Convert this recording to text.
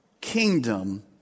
kingdom